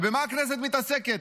ובמה הכנסת מתעסקת?